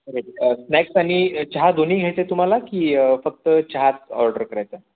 regular snacks आणि चहा दोन्ही घ्यायचं आहे तुम्हाला की फक्त चहाच ऑर्डर करायचा आहे